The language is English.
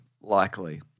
likely